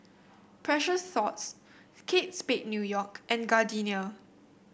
Precious Thots Kate Spade New York and Gardenia